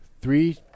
Three